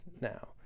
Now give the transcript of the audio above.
now